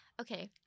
Okay